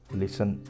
listen